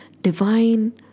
divine